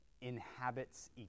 inhabits